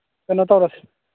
ꯀꯩꯅꯣ ꯇꯧꯔꯁꯤ